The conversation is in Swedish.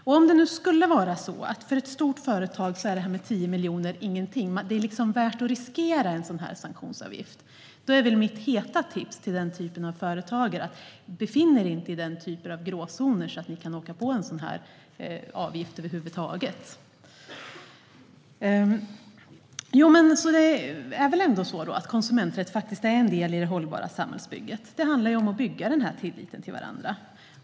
Om det nu skulle visa sig att 10 miljoner inte betyder något för ett stort företag och att det är värt att riskera en sanktionsavgift är mitt heta tips att företagare ska se till att undvika att befinna sig i gråzoner där de kan åka på en sådan avgift. Konsumenträtt är ändå en del i det hållbara samhällsbygget. Det handlar om att bygga tillit till varandra.